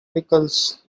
pickles